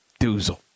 Doozle